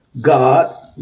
God